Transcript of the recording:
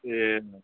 ए